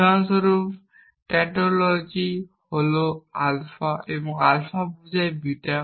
উদাহরণস্বরূপ ট্যান্টোলজি হল আলফা এবং আলফা বোঝায় বিটা